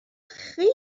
خیلی